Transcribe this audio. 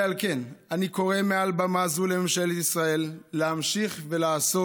ועל כן אני קורא מעל במה זו לממשלת ישראל להמשיך ולעשות